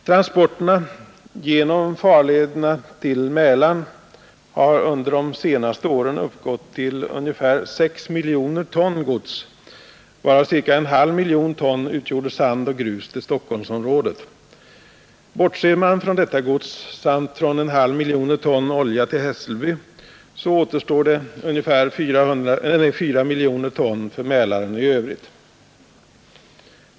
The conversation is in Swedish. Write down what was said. Transporterna genom farlederna till Mälaren har under de senaste åren uppgått till ungefär 6 miljoner ton gods, varav ca 1,5 miljoner ton utgjorde sand och grus till Stockholmsområdet. Bortser man från detta gods samt från en halv miljon ton olja till Hässelby återstår ungefär 4 miljoner ton för Mälaren i övrigt.